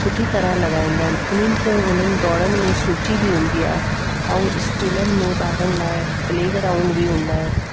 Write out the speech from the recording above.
सुठी तरह लॻाईंदा आहिनि उन्हनि खे उन्हनि दौड़नि में सूचि बि हूंदी आहे ऐं स्कूलन में ॿारनि लाइ प्लेग्राउंड बि हूंदा आहिनि